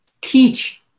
teach